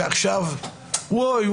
ועכשיו אוי,